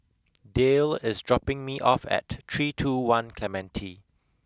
Dayle is dropping me off at three two one Clementi